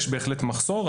יש בהחלט מחסור.